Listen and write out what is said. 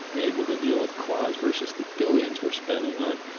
able to deal with cause, versus the billions we're spending on,